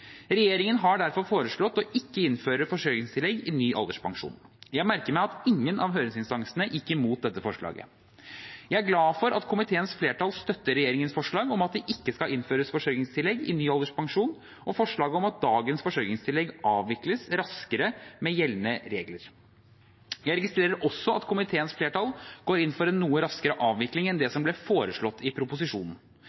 Regjeringen har derfor foreslått ikke å innføre forsørgingstillegg i ny alderspensjon. Jeg merker meg at ingen av høringsinstansene gikk imot dette forslaget. Jeg er glad for at komiteens flertall støtter regjeringens forslag om at det ikke skal innføres forsørgingstillegg i ny alderspensjon og forslaget om at dagens forsørgingstillegg avvikles raskere enn med gjeldende regler. Jeg registrerer også at komiteens flertall går inn for en noe raskere avvikling enn det